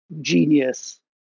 genius